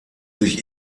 sich